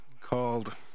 called